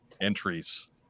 entries